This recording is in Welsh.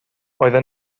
oedd